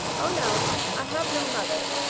oh no! i have no mother,